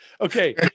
Okay